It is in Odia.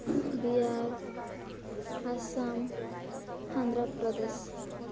ବିହାର ଆସାମ ଆନ୍ଧ୍ରପ୍ରଦେଶ